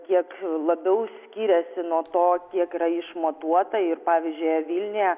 kiek labiau skiriasi nuo to kiek yra išmatuota ir pavyzdžiui vilniuje